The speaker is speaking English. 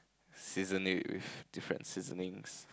season it with different seasonings